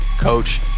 Coach